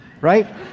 right